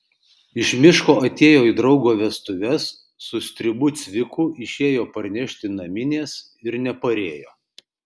iš miško atėjo į draugo vestuves su stribu cviku išėjo parnešti naminės ir neparėjo